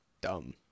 dumb